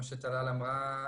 כמו שטלל אמרה,